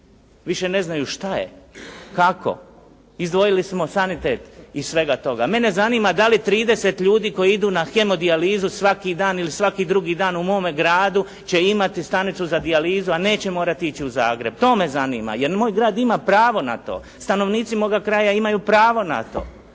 više ne znaju šta je, kako. Izdvojili smo sanitet iz svega toga. Mene zanima dali 30 ljudi koji idu na hemodijalizu svaki dan ili svaki drugi dan u mome gradu će imati stanicu za dijalizu, a neće morati ići u Zagreb. To me zanima, jer moj grad ima pravo na to. Stanovnici moga kraja imaju pravo na to.